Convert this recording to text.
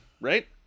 right